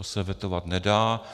To se vetovat nedá.